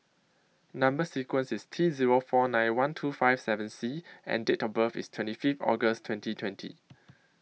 Number sequence IS T Zero four nine one two five seven C and Date of birth IS twenty Fifth August twenty twenty